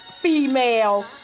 female